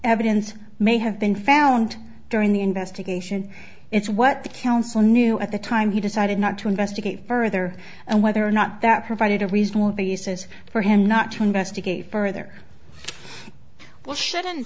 evidence may have been found during the investigation it's what the council knew at the time he decided not to investigate further and whether or not that provided a reasonable basis for him not to investigate further well sh